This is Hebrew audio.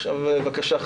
בבקשה,